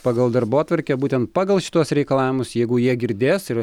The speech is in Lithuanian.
pagal darbotvarkę būtent pagal šituos reikalavimus jeigu jie girdės ir